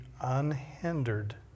unhindered